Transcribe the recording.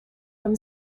from